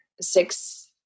six